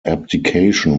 abdication